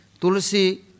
Tulsi